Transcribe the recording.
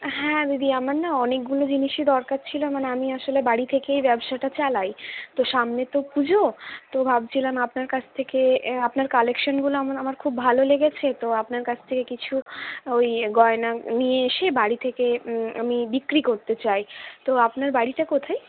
হ্যাঁ দিদি আমার না অনেকগুলো জিনিসই দরকার ছিল মানে আমি আসলে বাড়ি থেকেই ব্যবসাটা চালাই তো সামনে তো পুজো তো ভাবছিলাম আপনার কাছ থেকে আপনার কালেকশনগুলো আমার আমার খুব ভালো লেগেছে তো আপনার কাছ থেকে কিছু ওই গয়না নিয়ে এসে বাড়ি থেকে আমি বিক্রি করতে চাই তো আপনার বাড়িটা কোথায়